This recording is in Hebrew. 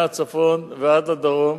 מהצפון ועד הדרום,